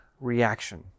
reaction